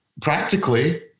practically